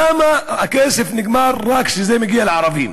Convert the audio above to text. למה הכסף נגמר רק כשזה מגיע לערבים?